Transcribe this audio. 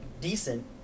decent